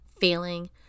failing